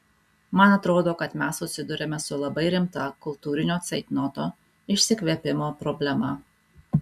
man atrodo kad mes susiduriame su labai rimta kultūrinio ceitnoto išsikvėpimo problema